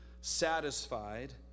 satisfied